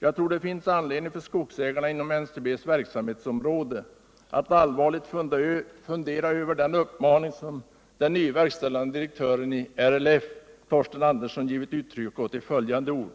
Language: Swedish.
Jag tror att det finns anledning för skogsägarna inom NCB:s verksamhetsområde att allvarligt fundera över den uppmaning som den nye verkställande direktören i LRF, Torsten Andersson, givit uttryck åt i följande ord: